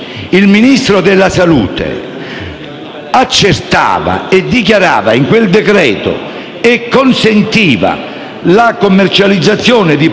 accertava, dichiarava e consentiva la commercializzazione di prodotti derivati dalla *cannabis*,